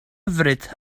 hyfryd